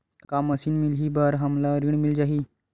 का मशीन मिलही बर हमला ऋण मिल जाही?